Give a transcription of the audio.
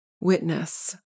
witness